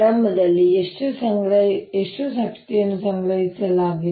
ಆರಂಭದಲ್ಲಿ ಎಷ್ಟು ಶಕ್ತಿಯನ್ನು ಸಂಗ್ರಹಿಸಲಾಗಿದೆ